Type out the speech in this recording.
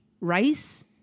rice